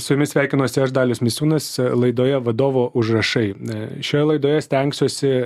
su jumis sveikinuosi aš dalius misiūnas e laidoje vadovo užrašai na šioje laidoje stengsiuosi